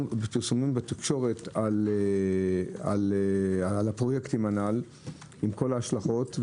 בתקשורת על הפרויקטים הנ"ל עם כל ההשלכות,